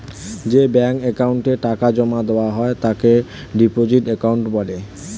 যে ব্যাঙ্ক অ্যাকাউন্টে টাকা জমা দেওয়া হয় তাকে ডিপোজিট অ্যাকাউন্ট বলে